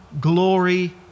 glory